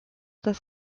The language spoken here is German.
das